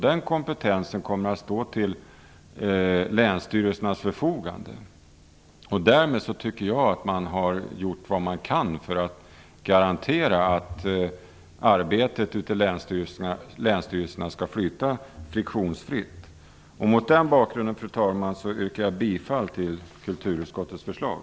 Den kommer att stå till länsstyrelsernas förfogande. Därmed tycker jag man har gjort vad man kan för att garantera att arbetet ute i länsstyrelserna flyter friktionsfritt. Mot den bakgrunden, fru talman, yrkar jag bifall till kulturutskottets förslag.